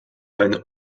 eine